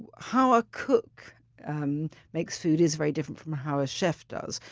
ah how a cook um makes food is very different from how a chef does.